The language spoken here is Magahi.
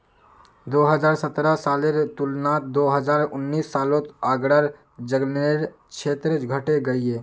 दो हज़ार सतरह सालेर तुलनात दो हज़ार उन्नीस सालोत आग्रार जन्ग्लेर क्षेत्र घटे गहिये